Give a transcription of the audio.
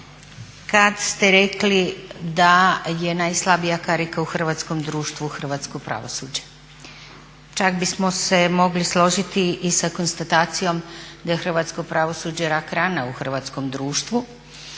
kada ste rekli da je najslabija karika u hrvatskom društvu hrvatsko pravosuđe. Čak bismo se mogli složiti i sa konstatacijom da je hrvatsko pravosuđe rak rana u hrvatskom društvu